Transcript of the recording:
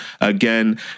again